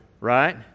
Right